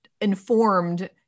informed